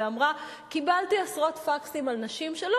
ואמרה: קיבלתי עשרות פקסים של נשים שלא